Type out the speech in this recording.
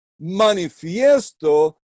manifiesto